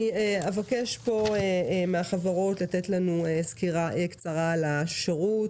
אני אבקש מהחברות פה לתת לנו סקירה קצרה על השירות,